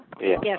Yes